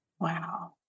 wow